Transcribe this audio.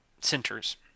centers